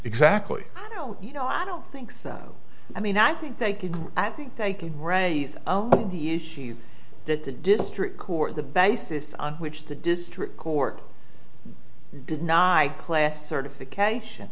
exactly you know i don't think so i mean i think they can i think they can raise the issue that the district court the basis on which the district court not i class certification